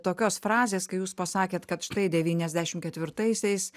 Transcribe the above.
tokios frazės kai jūs pasakėt kad štai devyniasdešim ketvirtaisiais